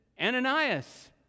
Ananias